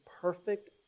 perfect